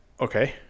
Okay